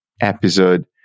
episode